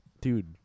dude